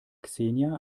xenia